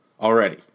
already